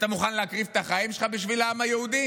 אתה מוכן להקריב את החיים שלך בשביל העם היהודי?